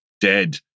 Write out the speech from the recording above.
dead